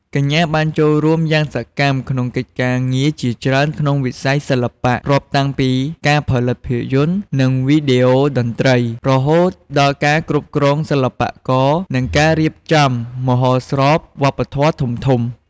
កញ្ញាបានចូលរួមយ៉ាងសកម្មក្នុងកិច្ចការងារជាច្រើនក្នុងវិស័យសិល្បៈ រាប់តាំងពីការផលិតភាពយន្ត និងវីដេអូតន្ត្រី រហូតដល់ការគ្រប់គ្រងសិល្បករ និងការរៀបចំមហោស្រពវប្បធម៌ធំៗ។